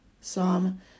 Psalm